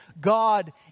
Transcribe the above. God